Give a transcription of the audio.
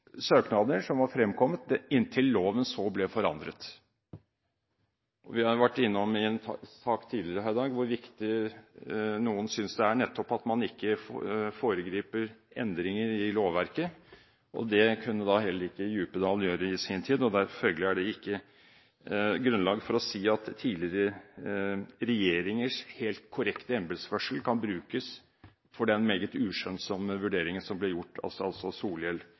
søknader som var fremmet, inntil loven ble forandret. Vi har i en sak tidligere i dag vært innom hvor viktig noen synes det er at man nettopp ikke foregriper endringer i lovverket, og det kunne heller ikke Djupedal gjøre i sin tid. Følgelig er det ikke grunnlag for å si at tidligere regjeringers helt korrekte embetsførsel kan brukes som forsvar for den meget lite skjønnsomme vurderingen som ble gjort av statsråd Solhjell